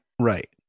Right